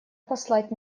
послать